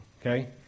Okay